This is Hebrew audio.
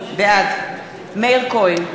בעד מאיר כהן,